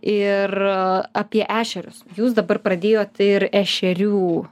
ir apie ešerius jūs dabar pradėjot ir ešerių